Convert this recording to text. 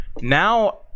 Now